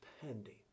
pending